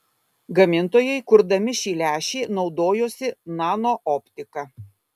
gamintojai kurdami šį lęšį naudojosi nanooptika